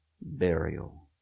burial